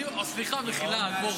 סליחה, מחילה.